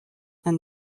and